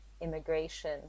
immigration